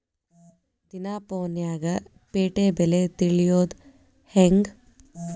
ದಿನಾ ಫೋನ್ಯಾಗ್ ಪೇಟೆ ಬೆಲೆ ತಿಳಿಯೋದ್ ಹೆಂಗ್?